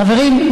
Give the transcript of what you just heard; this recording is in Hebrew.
חברים,